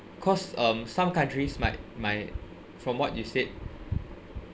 cause um some countries might might from what you said